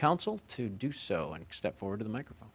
council to do so and step forward to the microphone